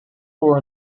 war